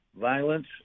violence